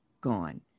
gone